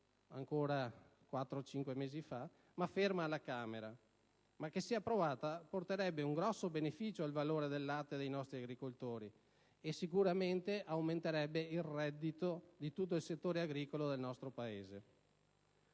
circa 5 mesi fa, ma ferma alla Camera. La sua approvazione porterebbe un grosso beneficio al valore del latte dei nostri agricoltori e, sicuramente, aumenterebbe il reddito di tutto il settore agricolo del nostro Paese.